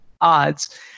odds